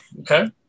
Okay